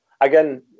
again